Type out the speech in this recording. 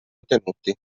ottenuti